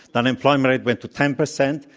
unemployment went to ten percent,